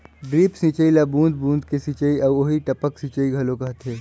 drip सिंचई ल बूंद बूंद के सिंचई आऊ टपक सिंचई घलो कहथे